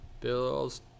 bills